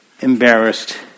Embarrassed